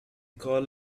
called